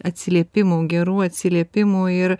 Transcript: atsiliepimų gerų atsiliepimų ir